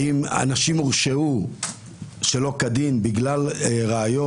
האם אנשים הורשעו שלא כדין בגלל ראיות?